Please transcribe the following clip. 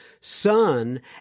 son